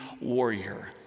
warrior